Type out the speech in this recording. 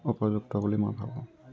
উপযুক্ত বুলি মই ভাবোঁ